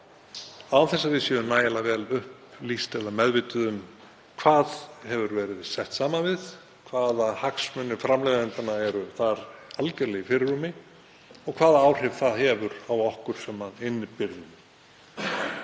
án þess að við séum nægilega vel upplýst eða meðvituð um hvað hefur verið sett saman við, hvaða hagsmunir framleiðenda eru þar algerlega í fyrirrúmi og hvaða áhrif það hefur á okkur sem innbyrðum.